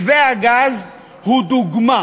מתווה הגז הוא דוגמה